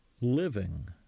living